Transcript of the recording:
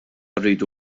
rridu